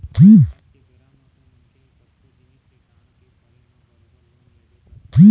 आज के बेरा म तो मनखे ह कतको जिनिस के काम के परे म बरोबर लोन लेबे करथे